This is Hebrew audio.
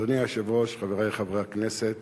אדוני היושב-ראש, חברי חברי הכנסת,